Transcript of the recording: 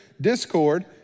discord